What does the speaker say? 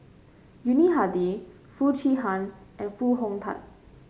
Yuni Hadi Foo Chee Han and Foo Hong Tatt